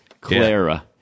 Clara